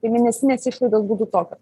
tai mėnesinės išlaidos būtų tokio